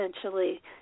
essentially